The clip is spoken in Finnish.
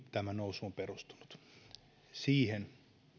tämä nousu on perustunut siihen